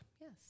Yes